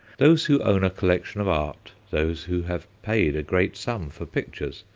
those who own a collection of art, those who have paid a great sum for pictures,